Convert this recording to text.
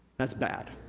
that's bad.